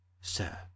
sir